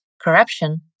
corruption